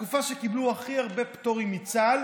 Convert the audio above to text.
התקופה שקיבלו הכי הרבה פטורים מצה"ל